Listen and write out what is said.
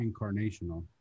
incarnational